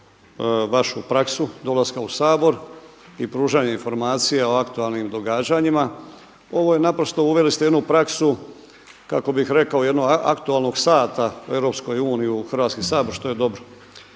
vašu praksu dolaska u Sabor i pružanje informacija o aktualnim događanjima. Ovo je naprosto, uveli ste jednu praksu kako bih rekao jednog aktualnog sata o Europskoj uniji u Hrvatski sabor što je dobro.